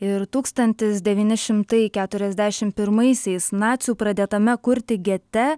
ir tūkstantis devyni šimtai keturiasdešim pirmaisiais nacių pradėtame kurti gete